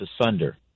asunder